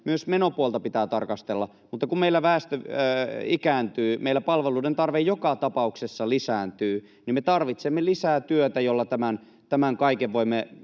myös menopuolta tarkastella, mutta kun meillä väestö ikääntyy ja meillä palveluiden tarve joka tapauksessa lisääntyy, niin me tarvitsemme lisää työtä, jolla tämän kaiken voimme